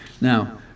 Now